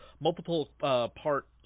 multiple-part